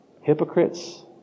hypocrites